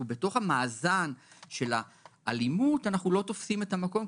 בתוך המאזן של האלימות אנחנו לא תופסים את המקום,